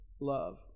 love